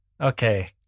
Okay